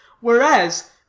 whereas